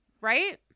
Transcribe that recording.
right